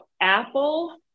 Apple